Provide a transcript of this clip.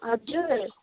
हजुर